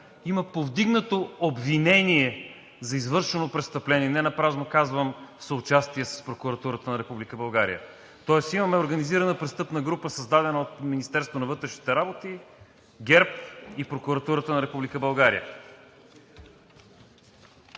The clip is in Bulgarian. има повдигнато обвинение за извършено престъпление. Не напразно казвам „в съучастие с Прокуратурата на Република България“. Тоест имаме организирана престъпна група, създадена от Министерството на вътрешните работи, ГЕРБ и Прокуратурата на